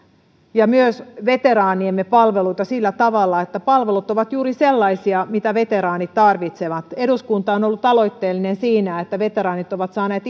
ja myös veteraaniemme palveluita sillä tavalla että palvelut ovat juuri sellaisia kuin veteraanit tarvitsevat eduskunta on ollut aloitteellinen siinä että veteraanit ovat saaneet